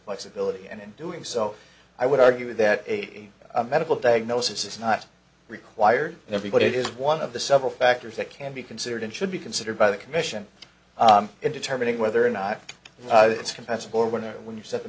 flexibility and in doing so i would argue that a medical diagnosis is not required and everybody has one of the several factors that can be considered and should be considered by the commission in determining whether or not it's compatible or when or when you set the